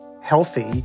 healthy